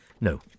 No